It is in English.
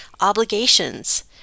obligations